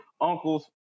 uncles